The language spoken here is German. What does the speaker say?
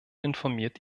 informiert